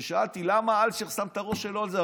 ושאלתי למה אלשיך שם את הראש שלו על זה.